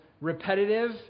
repetitive